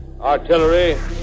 Artillery